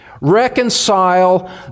reconcile